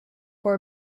for